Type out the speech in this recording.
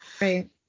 Right